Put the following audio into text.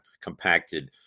compacted